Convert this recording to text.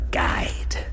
guide